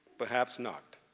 perhaps not.